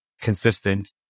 consistent